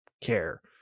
care